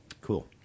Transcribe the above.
Cool